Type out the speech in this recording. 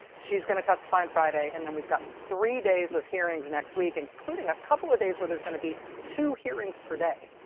she's going to testify on and friday, and then we've got three days of hearings next week, including a couple days where there's going to be two hearings per day.